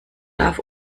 darf